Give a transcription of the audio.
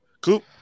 Coop